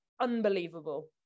unbelievable